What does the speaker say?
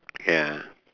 ya